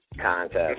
contest